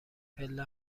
پله